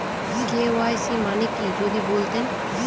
KYC মানে কি যদি বলতেন?